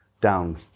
down